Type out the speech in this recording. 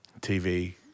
TV